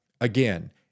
again